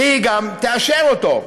והיא גם תאשר אותו.